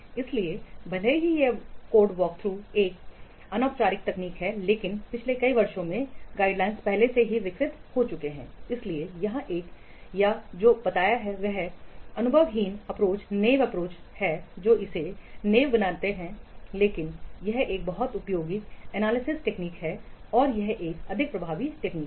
इसलिए भले ही यह कोड वॉकथ्रू एक अनौपचारिक तकनीक है लेकिन पिछले कई वर्षों में गाइडलाइंस पहले ही विकसित हो चुके हैं इसलिए यह एक या जो बनाता है इस अनुभवहीन अप्रोच जो इसे अनुभवहीन बनाते हैं लेकिन यह एक बहुत उपयोगी एनालिसिस तकनीक है और यह एक अधिक प्रभावी तकनीक है